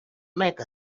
make